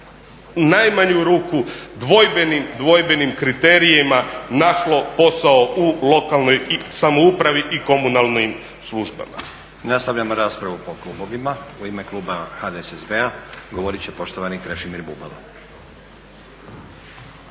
najmanju ruku, dvojbenim kriterijima našlo posao u lokalnoj samoupravi i komunalnim službama.